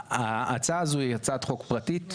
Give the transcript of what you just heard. ההצעה הזו היא הצעת חוק פרטית?